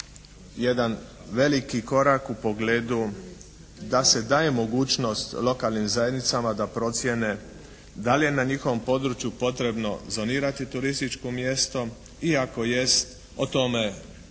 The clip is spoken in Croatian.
jedan veliki korak u pogledu da se daje mogućnost lokalnim zajednicama da procijene da li je na njihovom području potrebno zonirati turističko mjesto i ako jest o tome odluku